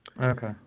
Okay